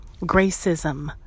Gracism